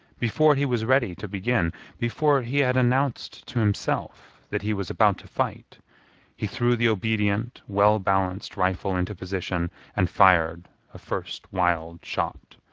before he was ready to begin before he had announced to himself that he was about to fight he threw the obedient well-balanced rifle into position and fired a first wild shot.